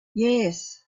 yes